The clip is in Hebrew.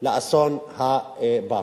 לאסון הבא.